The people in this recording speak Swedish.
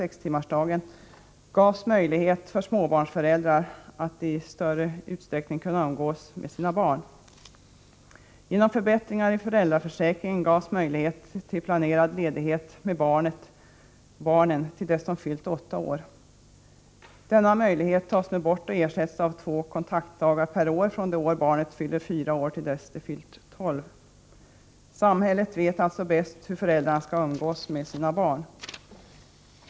6-timmarsdagen, gavs möjlighet för småbarnsföräldrar att i större utsträckning umgås med sina barn. Genom förbättringar i föräldraförsäkringen gavs familjerna möjlighet till planerad ledighet med barnen till dess de fyllt 8 år. Denna möjlighet tas nu bort och ersätts av två kontaktdagar per år från det år barnet fyller 4 år till dess det fyllt 12. Samhället vet alltså bäst hur föräldrarna skall umgås med sina barn.